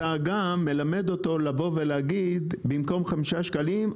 אתה גם מלמד אותו לבוא ולהגיד: במקום 5 שקלים,